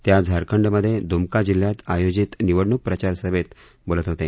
ते आज झारखंडमधे द्रमका जिल्ह्यात आयोजित निवडणूक प्रचारसभेत बोलत होते